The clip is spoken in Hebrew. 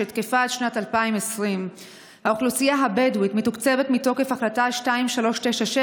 שתקפה עד שנת 2020. האוכלוסייה הבדואית מתוקצבת מתוקף החלטה 2397,